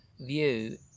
view